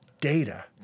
data